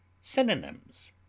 Synonyms